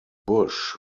bush